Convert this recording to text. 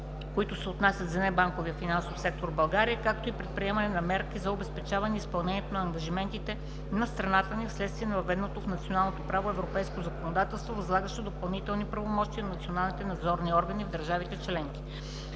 които се отнасят за небанковия финансов сектор в България, както и предприемане мерки за обезпечаване изпълнението на ангажиментите на страната ни вследствие на въведеното в националното право европейско законодателство, възлагащо допълнителни правомощия на националните надзорни органи в държавите членки.